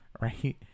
Right